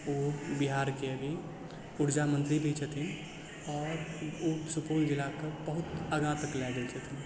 ओ बिहार के अभी ऊर्जा मंत्री भी छथिन आओर ओ सुपौल जिला के बहुत आगाँ तक लए गेल छथिन